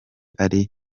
ari